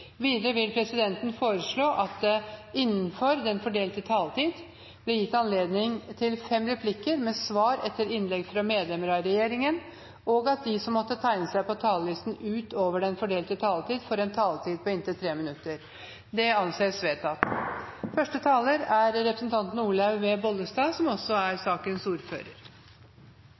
vil videre foreslå at det blir gitt anledning til fem replikker med svar etter innlegg fra medlemmer av regjeringen innenfor den fordelte taletid, og at de som måtte tegne seg på talerlisten utover den fordelte taletid, får en taletid på inntil 3 minutter. – Det anses vedtatt. Jeg har først lyst til å takke komiteen, og ikke minst Senterpartiet, som